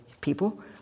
People